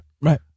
right